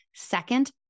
second